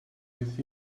with